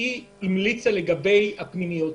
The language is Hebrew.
הוועדה המליצה לגבי המחלקות הפנימיות.